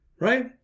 right